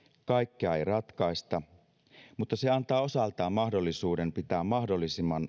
kaikkea ei ratkaista mutta se antaa osaltaan mahdollisuuden pitää mahdollisimman